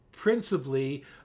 principally